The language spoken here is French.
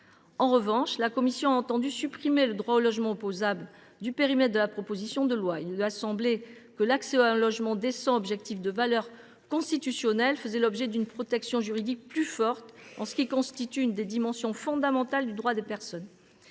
En revanche, la commission a entendu supprimer le droit au logement opposable (Dalo) du périmètre de la présente proposition de loi. Il lui a semblé que l’accès à un logement décent, objectif de valeur constitutionnel, faisait l’objet d’une protection juridique plus forte, dans la mesure où il constitue une des dimensions fondamentales du droit des personnes.